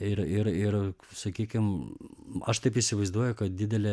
ir ir ir sakykim aš taip įsivaizduoju kad didelė